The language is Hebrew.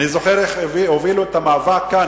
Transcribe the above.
אני זוכר איך הובילו את המאבק כאן.